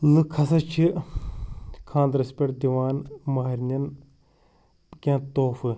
لوٗکھ ہَسا چھِ خانٛدرَس پٮ۪ٹھ دِوان ماہرِنیٚن کیٚنٛہہ تحفہٕ